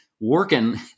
working